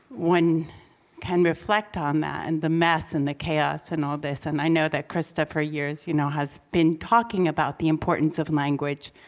one can reflect on that and the mess and the chaos and all this. and i know that krista, for years, you know has been talking about the importance of language.